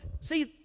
see